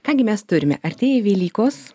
ką gi mes turime artėja velykos